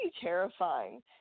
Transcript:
terrifying